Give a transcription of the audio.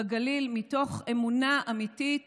בגליל, מתוך אמונה אמיתית